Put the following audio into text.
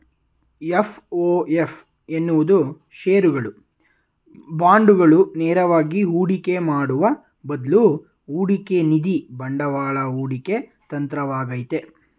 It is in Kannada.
ಎಫ್.ಒ.ಎಫ್ ಎನ್ನುವುದು ಶೇರುಗಳು, ಬಾಂಡುಗಳು ನೇರವಾಗಿ ಹೂಡಿಕೆ ಮಾಡುವ ಬದ್ಲು ಹೂಡಿಕೆನಿಧಿ ಬಂಡವಾಳ ಹೂಡಿಕೆ ತಂತ್ರವಾಗೈತೆ